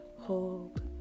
hold